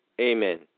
Amen